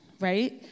right